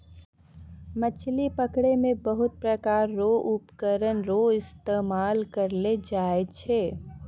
मछली पकड़ै मे बहुत प्रकार रो उपकरण रो इस्तेमाल करलो जाय छै